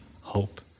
hope